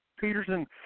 Peterson